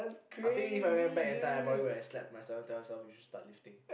I think If I went back in time I probably would have slapped myself and tell myself you should start lifting